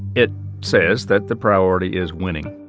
it says that the priority is winning